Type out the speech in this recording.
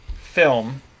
film